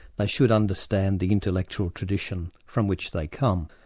they should understand the intellectual tradition from which they come,